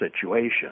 situation